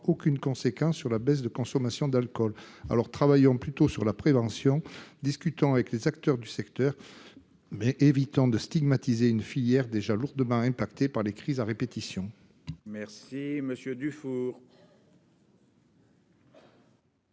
aucune conséquence sur la baisse de consommation d'alcool. Bien sûr ! Travaillons plutôt sur la prévention, discutons avec les acteurs du secteur et évitons de stigmatiser une filière déjà lourdement affectée par les crises à répétition. La parole